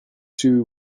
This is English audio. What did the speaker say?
two